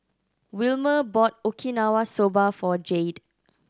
Wilmer bought Okinawa Soba for Jayde